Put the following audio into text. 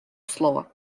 слово